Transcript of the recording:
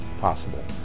possible